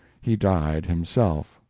he died himself,